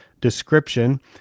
description